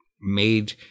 made